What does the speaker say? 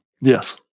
Yes